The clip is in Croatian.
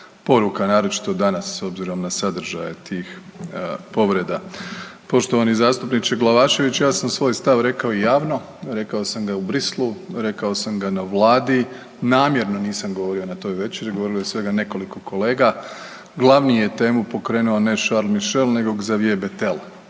poruka naročito danas s obzirom na sadržaj tih povreda. Poštovani zastupniče Glavašević, ja sam svoj stav rekao javno, rekao sam ga u Brislu, rekao sam ga na vladi, namjerno nisam govorio na toj večeri, govorilo je svega nekoliko kolega. Glavni je temu pokrenuo ne Charles Michel nego Gzavije Betel,